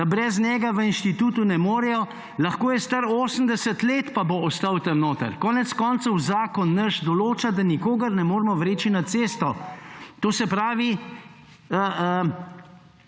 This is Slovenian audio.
da brez njega v inštitutu ne morejo, lahko je star 80 let, pa bo ostal tam notri. Konec koncev zakon naš določa, da nikogar ne moremo vreči na cesto. To se pravi,